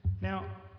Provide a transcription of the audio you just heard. Now